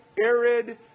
arid